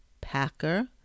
Packer